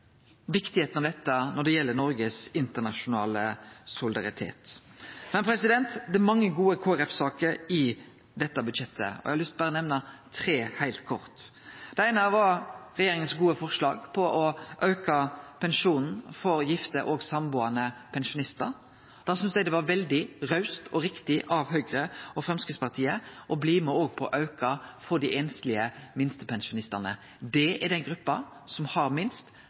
kor viktig dette er når det gjeld Noregs internasjonale solidaritet. Men det er mange gode Kristeleg Folkeparti-saker i dette budsjettet. Eg har lyst til berre å nemne tre heilt kort. Det eine var det gode forslaget frå regjeringa om å auke pensjonen for gifte og sambuande pensjonistar. Eg synest det var veldig raust og riktig av Høgre og Framstegspartiet å bli med på å auke òg for dei einslege minstepensjonistane. Det er den gruppa som har minst.